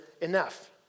enough